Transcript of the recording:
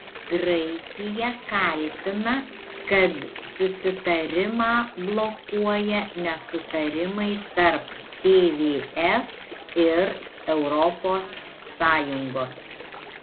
graikija kaltina kad susitarimą blokuoja nesutarimai tarp tvf ir europos sąjungos